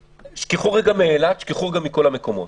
תשכחו רגע מאילת, תשכחו רגע מכל המקומות.